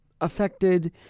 affected